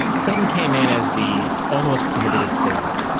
clinton came in as the almost prohibitive favourite.